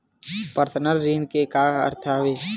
Personal ऋण के का अर्थ हवय?